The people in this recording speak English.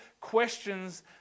questions